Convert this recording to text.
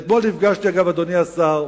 אגב, אדוני השר,